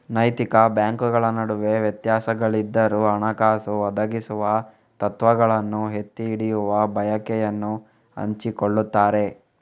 ನೈತಿಕ ಬ್ಯಾಂಕುಗಳ ನಡುವೆ ವ್ಯತ್ಯಾಸಗಳಿದ್ದರೂ, ಹಣಕಾಸು ಒದಗಿಸುವ ತತ್ವಗಳನ್ನು ಎತ್ತಿ ಹಿಡಿಯುವ ಬಯಕೆಯನ್ನು ಹಂಚಿಕೊಳ್ಳುತ್ತಾರೆ